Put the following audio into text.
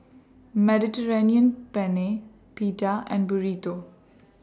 Mediterranean Penne Pita and Burrito